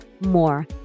more